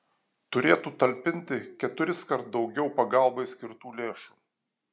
turėtų talpinti keturiskart daugiau pagalbai skirtų lėšų